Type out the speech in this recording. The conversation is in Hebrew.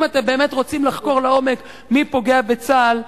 אם אתם באמת רוצים לחקור לעומק מי פוגע בצה"ל,